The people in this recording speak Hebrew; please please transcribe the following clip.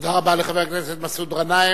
תודה רבה לחבר הכנסת מסעוד גנאים.